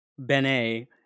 benet